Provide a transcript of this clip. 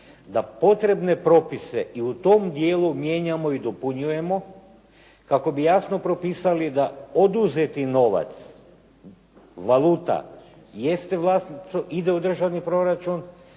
da potrebne propise i u tom dijelu mijenjamo i dopunjujemo kako bi jasno propisali da oduzeti novac, valuta jeste …/Govornik